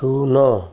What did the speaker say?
ଶୂନ